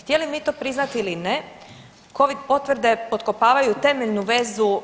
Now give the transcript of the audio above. Htjeli mi to priznati ili ne Covid potvrde potkopavaju temeljnu vezu